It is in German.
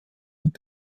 und